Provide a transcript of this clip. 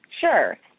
Sure